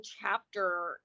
chapter